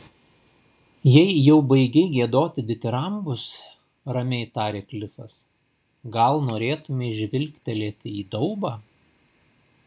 jeigu jau baigei giedoti ditirambus ramiai tarė klifas gal norėtumei žvilgtelėti į daubą